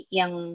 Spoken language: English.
yang